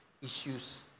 issues